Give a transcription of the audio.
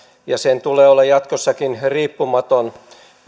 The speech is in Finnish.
ja sen tulee olla jatkossakin riippumaton